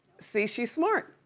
see, she's smart.